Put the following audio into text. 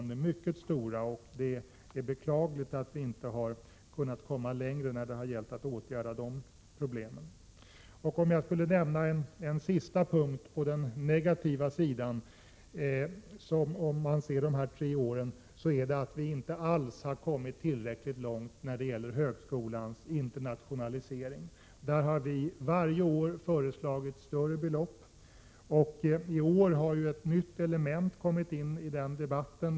Det är beklagligt att vi inte har kunnat komma längre när det gäller att åtgärda de problemen. En sista punkt på den negativa sidan som jag vill nämna är att vi inte har kommit tillräckligt långt när det gäller högskolans internationalisering. Vi har varje år föreslagit större belopp till detta ändamål. I år har ett nytt element kommit in i den debatten.